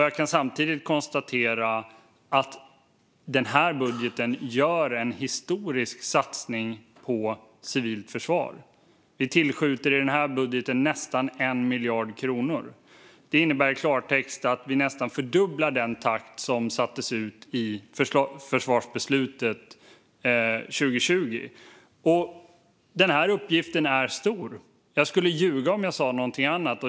Jag kan samtidigt konstatera att vi i denna budget gör en historisk satsning på civilt försvar genom att vi tillskjuter nästan 1 miljard kronor, vilket i klartext innebär att vi nästan fördubblar den takt som sattes i försvarsbeslutet 2020. Denna uppgift är stor. Jag skulle ljuga om jag sa något annat.